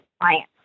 clients